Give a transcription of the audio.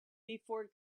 before